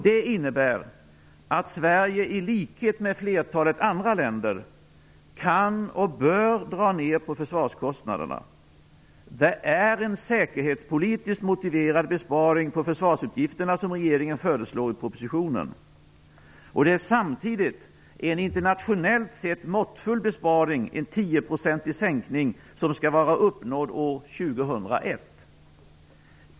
Det innebär att Sverige, i likhet med flertalet andra länder, kan och bör dra ner på försvarskostnaderna. Det är en säkerhetspolitiskt motiverad besparing på försvarsutgifterna som regeringen föreslår i propositionen. Det är samtidigt en internationellt sett måttfull besparing, en 10-procentig sänkning, som skall vara uppnådd år 2001.